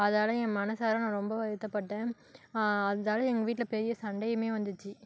அதனால என் மனசார நான் ரொம்ப வருத்தப்பட்டேன் அதனால எங்கள் வீட்டில் பெரிய சண்டையுமே வந்துச்சு